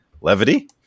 levity